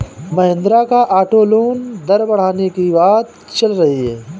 महिंद्रा का auto loan दर बढ़ने की बात चल रही है